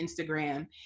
Instagram